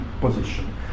position